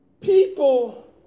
people